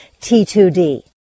T2D